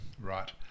right